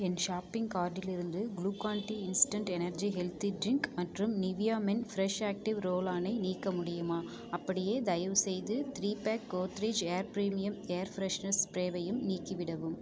என் shopping கார்ட்டிலிருந்து Glucon D instant energy health drink மற்றும் Nivea men fresh active ரோல்ஆனை நீக்க முடியுமா அப்படியே தயவுசெய்து three pack Godrej air premium air freshener ஸ்ப்ரேவையும் நீக்கிவிடவும்